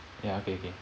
ya okay okay